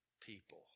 people